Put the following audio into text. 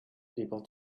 people